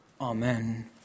Amen